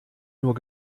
nur